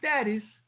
status